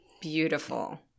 Beautiful